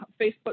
Facebook